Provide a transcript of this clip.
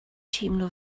teimlo